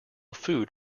food